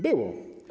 Było.